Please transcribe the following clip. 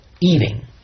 eating